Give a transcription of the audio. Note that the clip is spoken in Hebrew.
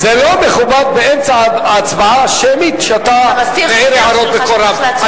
זה לא מכובד באמצע הצבעה שמית שאתה מעיר הערות בקול רם.